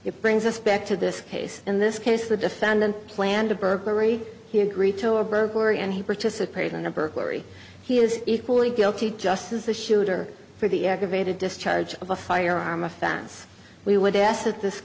it brings us back to this case in this case the defendant planned a burglary he agreed to a burglary and he participated in a burglary he is equally guilty just as the shooter for the aggravated discharge of a firearm offense we would ask that this